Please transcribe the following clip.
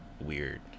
weird